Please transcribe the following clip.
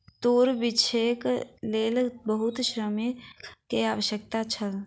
तूर बीछैक लेल बहुत श्रमिक के आवश्यकता छल